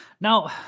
Now